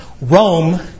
Rome